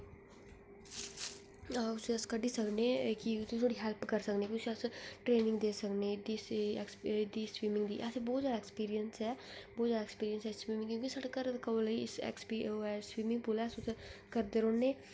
उसी अस कड्ढी सकने कि ओहदी अस हैल्प करी सकने उसी अस ट्रेनिंग देई सकने द स्बिमिंग दी बहुत सारा एक्सपिरियंस ऐ बहुत ज्यादा एक्सपिरियंस ऐ स्बिमिंग क्योकि साढ़े घरा कोल ऐ स्बिमिंग पूल ऐ अस उद्धर करने रौहन्ने